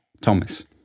Thomas